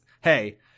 hey